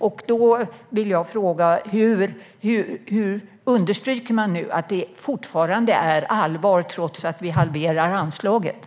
Jag vill fråga: Hur understryker man att det fortfarande är allvar, trots att anslaget halveras?